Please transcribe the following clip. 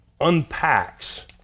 unpacks